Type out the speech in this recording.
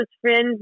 friends